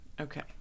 Okay